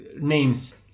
names